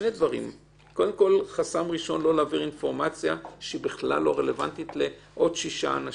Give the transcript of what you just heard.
לא צריך להעביר אינפורמציה שהיא לא רלוונטית לעוד שישה אנשים.